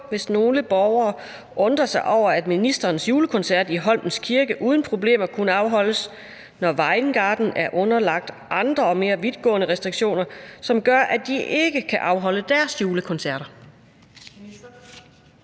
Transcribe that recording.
hvis nogle borgere undrer sig over, at ministerens julekoncert i Holmens Kirke uden problemer kunne afholdes, når Vejen Garden er underlagt andre og mere vidtgående restriktioner, som gør, at de ikke kan afholde deres julekoncerter?